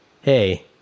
hey